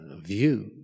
view